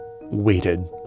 waited